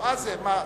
מה זה?